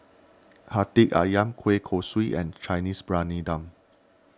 Hati Ayam Kueh Kosui and Chinese Briyani Dum